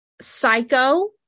Psycho